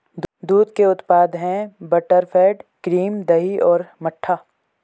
दूध के उत्पाद हैं बटरफैट, क्रीम, दही और मट्ठा